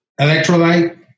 Electrolyte